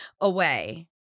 away